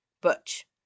Butch